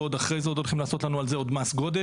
ועוד אחרי זה עוד הולכים לעשות לנו על זה עוד מס גודש,